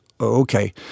okay